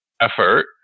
effort